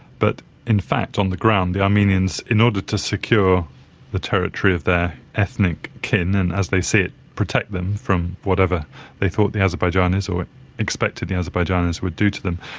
but in fact on the ground the armenians, in order to secure the territory of their ethnic kin and, as they see it, protect them from whatever they thought the azerbaijanis or expected the azerbaijanis would do to them,